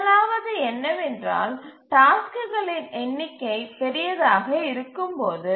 முதலாவது என்னவென்றால் டாஸ்க்குகளின் எண்ணிக்கை பெரியதாக இருக்கும் போது